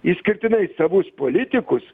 išskirtinai savus politikus